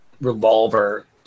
revolver